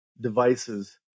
devices